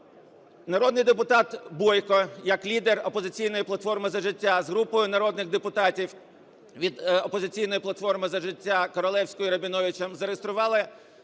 Народний депутат Бойко як лідер "Опозиційної платформи – За життя" з групою народних депутатів від "Опозиційної платформи – За життя" (Королевською, Рабіновичем) зареєстрували